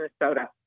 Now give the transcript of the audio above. Minnesota